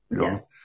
yes